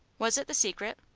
was it the secret?